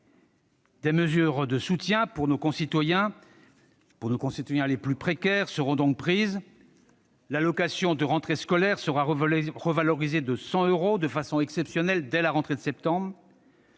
Des mesures de soutien pour nos concitoyens les plus précaires seront donc prises. L'allocation de rentrée scolaire sera revalorisée de 100 euros, de façon exceptionnelle, dès la rentrée de septembre.